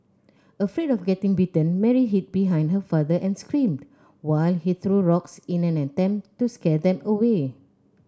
afraid of getting bitten Mary hid behind her father and screamed while he threw rocks in an attempt to scare them away